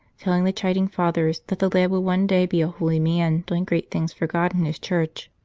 telling the chiding fathers that the lad would one day be a holy man doing great things for god and his church.